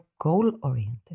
goal-oriented